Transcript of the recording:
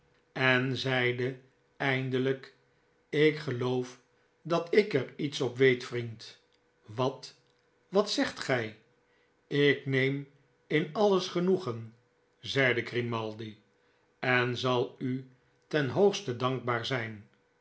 en zeide eindelijk ik geloof dat ik er iets op weet vriend wat wat zegt gij ik neem in alles genoegen zeide grimaldi en zal u ten hoogste dankbaar zh'n